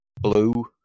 blue